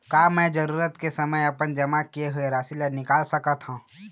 का मैं जरूरत के समय अपन जमा किए हुए राशि ला निकाल सकत हव?